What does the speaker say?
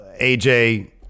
AJ